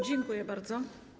Dziękuję bardzo.